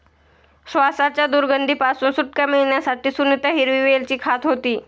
श्वासाच्या दुर्गंधी पासून सुटका मिळवण्यासाठी सुनीता हिरवी वेलची खात होती